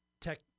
tech